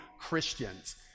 Christians